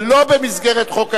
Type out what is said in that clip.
שלא במסגרת חוק ההסדרים,